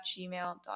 gmail.com